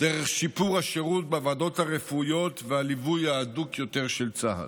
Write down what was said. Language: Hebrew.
ודרך שיפור השירות בוועדות הרפואיות והליווי ההדוק יותר של צה"ל,